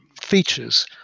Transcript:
features